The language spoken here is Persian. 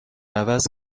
عوض